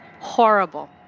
Horrible